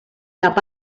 cap